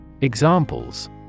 Examples